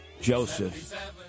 Joseph